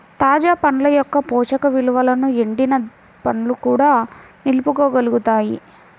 తాజా పండ్ల యొక్క పోషక విలువలను ఎండిన పండ్లు కూడా నిలుపుకోగలుగుతాయి